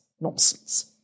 nonsense